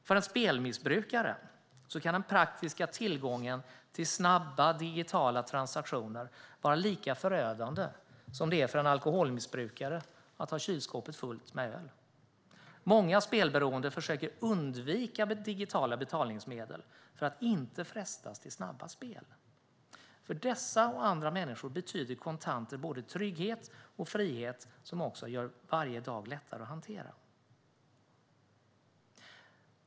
För en spelmissbrukare kan den praktiska tillgången till snabba, digitala transaktioner vara lika förödande som det är för en alkoholmissbrukare att ha kylskåpet fullt med öl. Många spelberoende försöker undvika digitala betalningsmedel för att inte frestas till snabba spel. För dessa och andra människor betyder kontanter både trygghet och frihet, som gör varje dag lättare att hantera.